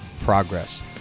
progress